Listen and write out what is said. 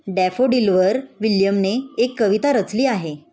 डॅफोडिलवर विल्यमने एक कविता रचली आहे